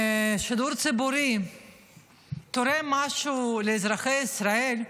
השידור הציבורי תורם משהו לאזרחי ישראל?